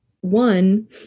one